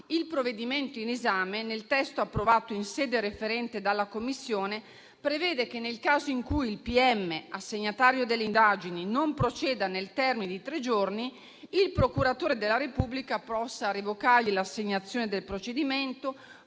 il provvedimento in esame, nel testo approvato in sede referente dalla Commissione, prevede che, nel caso in cui il pm assegnatario delle indagini non proceda nel termine di tre giorni, il procuratore della Repubblica possa revocargli l'assegnazione del procedimento,